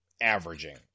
averaging